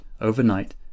overnight